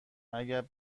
اگر